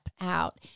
out